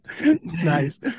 nice